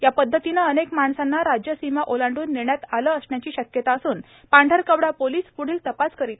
या पदधतीने अनेक माणसांना राज्य सीमा ओलांडून नेण्यात आले असण्याची शक्यता असून पांढरकवडा पोलीस पुढील तपास करीत आहे